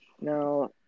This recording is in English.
now